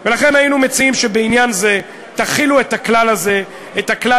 ולכן היינו מציעים שבעניין זה תחילו את הכלל הזה עליכם.